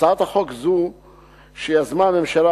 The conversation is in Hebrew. הצעת חוק זו שיזמה הממשלה,